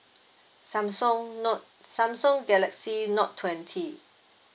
samsung note samsung galaxy note twenty